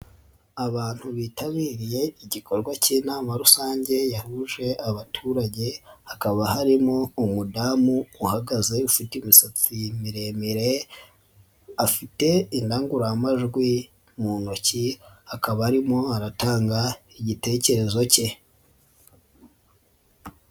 Abantu bitabiriye igikorwa k'inama rusange yahuje abaturage hakaba harimo umudamu uhagaze ufite imisatsi miremire, afite indangururamajwi mu ntoki akaba arimo aratanga igitekerezo ke.